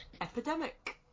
epidemic